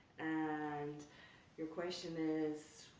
and your question is.